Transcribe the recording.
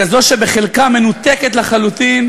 לכזו שבחלקה מנותקת לחלוטין